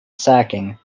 sacking